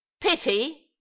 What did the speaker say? pity